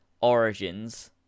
origins